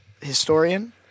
historian